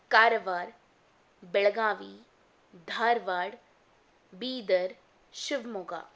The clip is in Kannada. ಕಾರವಾರ ಬೆಳಗಾವಿ ಧಾರ್ವಾಡ ಬೀದರ್ ಶಿವಮೊಗ್ಗ